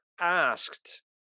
asked